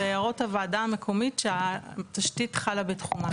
זה הערות הוועדה המקומית שהתשתית חלה בתחומה.